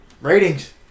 Ratings